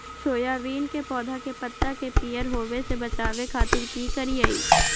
Soybean के पौधा के पत्ता के पियर होबे से बचावे खातिर की करिअई?